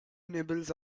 nibbles